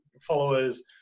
followers